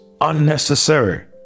unnecessary